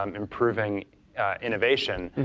um improving innovation,